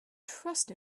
trust